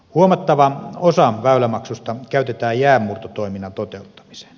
huomattava osa väylämaksusta käytetään jäänmurtotoiminnan toteuttamiseen